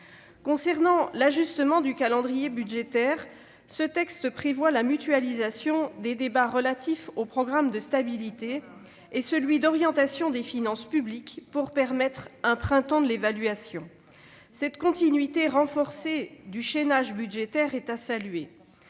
Concernant l'ajustement du calendrier budgétaire, ce texte prévoit la mutualisation du débat sur le programme de stabilité et du débat sur le rapport d'orientation des finances publiques pour permettre un « printemps de l'évaluation ». Cette continuité renforcée du chaînage budgétaire est à saluer.